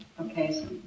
Okay